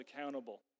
accountable